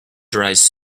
dries